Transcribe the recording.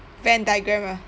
venn diagram ah